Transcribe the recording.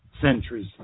centuries